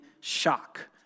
shock